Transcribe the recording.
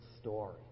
story